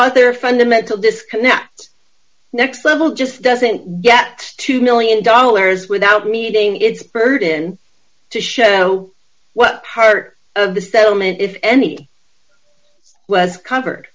other fundamental disconnect next level just doesn't get two million dollars without meeting its burden to show what part of the settlement if any was covered